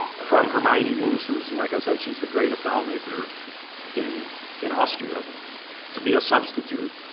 from hermine moos who is, like i said, she's the greatest doll maker in in austria to be a substitute.